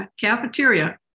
cafeteria